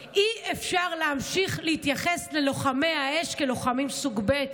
אי-אפשר להמשיך להתייחס ללוחמי האש כאל לוחמים סוג ב'.